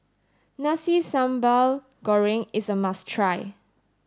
Nasi Sambal Goreng is a must try